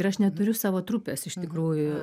ir aš neturiu savo trupės iš tikrųjų